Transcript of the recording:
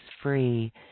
free